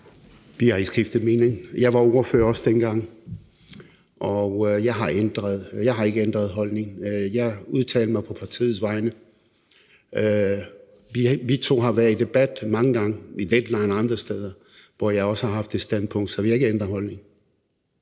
Vi har ikke skiftet mening. Jeg var også ordfører dengang, og jeg har ikke ændret holdning. Jeg udtalte mig på partiets vegne. Vi to har været i debat mange gange, i Deadline og andre steder, hvor jeg også har haft det standpunkt, så vi har ikke ændret holdning.